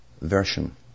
version